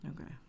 Okay